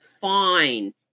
fine